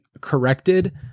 corrected